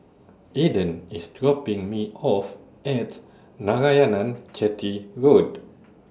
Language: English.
Ayden IS dropping Me off At Narayanan Chetty Road